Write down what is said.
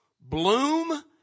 Bloom